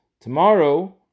Tomorrow